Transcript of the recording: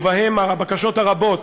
ובהן הבקשות הרבות,